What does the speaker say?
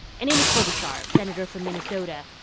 and amy klobuchar, senator from minnesota.